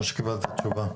או שקיבלת תשובה?